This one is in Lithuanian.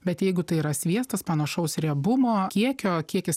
bet jeigu tai yra sviestas panašaus riebumo kiekio kiekis